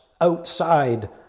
outside